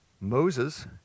moses